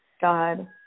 God